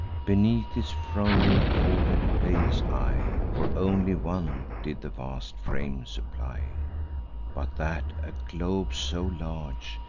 beneath his frowning forehead lay his eye for only one did the vast frame supply but that a globe so large,